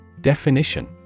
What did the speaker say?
Definition